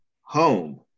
home